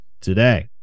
today